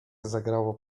zagrało